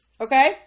okay